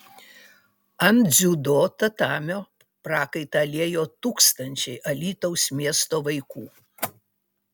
ant dziudo tatamio prakaitą liejo tūkstančiai alytaus miesto vaikų